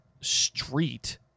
street